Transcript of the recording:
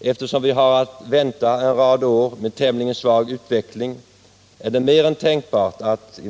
Eftersom vi har att vänta en rad av år med tämligen svag utveckling är det mer än tänkbart att